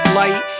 light